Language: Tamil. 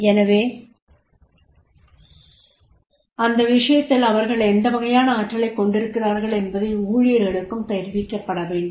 எனவே அந்த விஷயத்தில் அவர்கள் எந்த வகையான ஆற்றலைக் கொண்டிருக்கிறார்கள் என்பதை ஊழியர்களுக்கும் தெரிவிக்கப்பட வேண்டும்